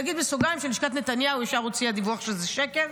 נגיד בסוגריים שלשכת נתניהו ישר הוציאה דיווח שזה שקר,